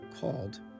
called